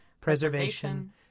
preservation